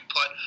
put